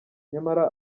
nyamara